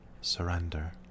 Surrender